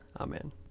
Amen